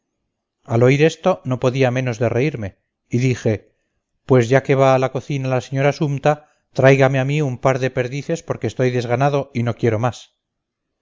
al oír esto no podía menos de reírme y dije pues ya que va a la cocina la señora sumta tráigame a mí un par de perdices porque estoy desganado y no quiero más